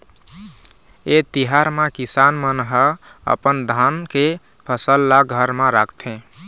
ए तिहार म किसान मन ह अपन धान के फसल ल घर म राखथे